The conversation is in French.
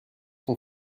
son